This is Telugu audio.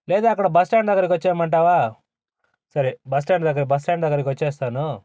లేదా అక్కడ బస్ స్టాండ్ దగ్గరకి వచ్చేయమంటావా సరే బస్ స్టాండ్ దగ్గర బస్ స్టాండ్ దగ్గరకి వచ్చేస్తాను